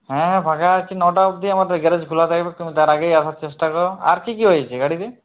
হ্যাঁ ফাঁকা আছি নটা আবধি আমাদের গ্যারেজ খোলা থাকবে তুমি তার আগেই আসার চেষ্টা করো আর কি কি হয়েছে গাড়িতে